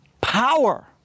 power